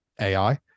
AI